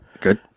Good